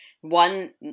one